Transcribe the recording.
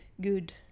good